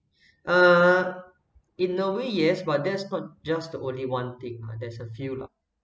uh in a way yes but that's not just to only one thing lah there's a few lah